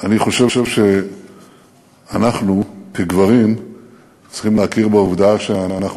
אני חושב שאנחנו כגברים צריכים להכיר בעובדה שאנחנו